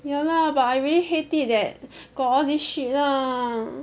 ya lah but I really hate it that got all this shit lah